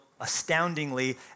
astoundingly